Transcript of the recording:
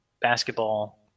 basketball